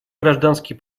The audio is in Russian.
гражданский